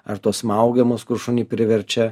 ar tuos smaugiamus kur šunį priverčia